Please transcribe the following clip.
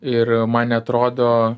ir man neatrodo